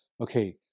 Okay